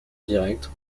direct